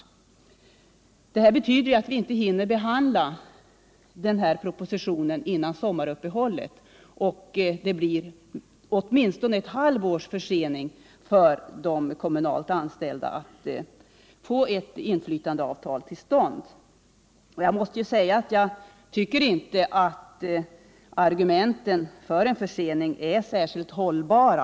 Förseningen betyder att riksdagen inte hinner behandla propositionen före sommaruppehållet, och det blir åtminstone ett halvt års försening för de kommunalt anställda innan de får ett inflytandeavtal. Jag tycker inte att argumenten för en försening är hållbara.